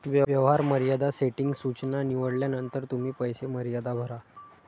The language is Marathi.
व्यवहार मर्यादा सेटिंग सूचना निवडल्यानंतर तुम्ही पैसे मर्यादा भरा